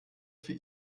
für